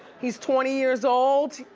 he's twenty years old.